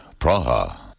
Praha